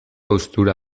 haustura